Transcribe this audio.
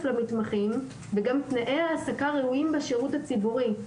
למתמחים וגם תנאי העסקה ראויים בשירות הציבורי.